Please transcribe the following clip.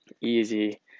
easy